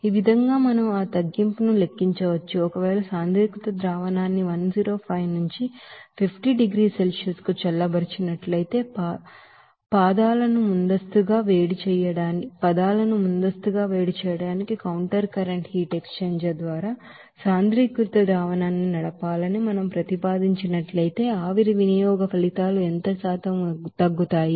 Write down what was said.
ఈ విధంగా మనం ఆ తగ్గింపును లెక్కించవచ్చు ఒకవేళ కాన్సన్ట్రేటెడ్ సొల్యూషన్ న్ని 105 నుంచి 50 డిగ్రీల సెల్సియస్ కు చల్లబరచబడినట్లయితే పాదాలను ముందస్తుగా వేడి చేయడానికి కౌంటర్ కరెంట్ హీట్ ఎక్స్ఛేంజర్ ద్వారా కాన్సన్ట్రేటెడ్ సొల్యూషన్ న్ని నడపాలని మనం ప్రతిపాదించినట్లయితే ఆవిరి వినియోగ ఫలితాలు ఎంత శాతం తగ్గుతాయి